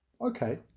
Okay